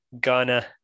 Ghana